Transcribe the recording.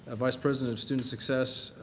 ah vice president of student success,